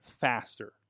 faster